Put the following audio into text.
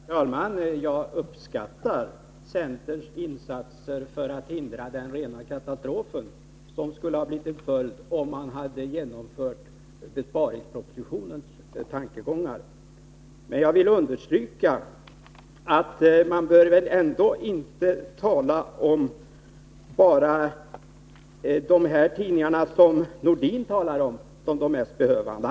Herr talman! Jag uppskattar centerns insatser för att hindra den rena katastrofen som skulle blivit följden om man hade genomfört besparingspropositionens tankegångar. Men de tidningar som Sven-Erik Nordin talar om är väl ändå inte de mest behövande.